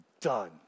done